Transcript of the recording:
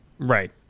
Right